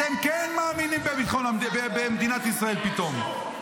אתם כן מאמינים במדינת ישראל פתאום.